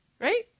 Right